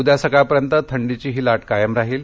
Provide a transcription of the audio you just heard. उद्या सकाळपर्यंत थंडीची ही लाट कायम राहील